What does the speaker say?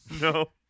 No